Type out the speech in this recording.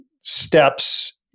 steps